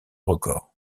records